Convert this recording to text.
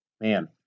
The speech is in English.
man